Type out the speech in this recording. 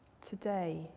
Today